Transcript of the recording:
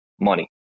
money